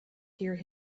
hear